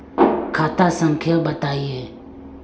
खाता संख्या बताई?